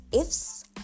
ifs